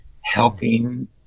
helping